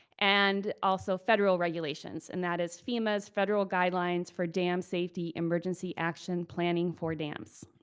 and also, federal regulations. and that is fema's federal guidelines for dam safety, emergency action planning for dams.